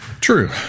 True